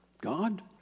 God